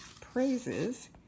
praises